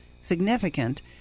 significant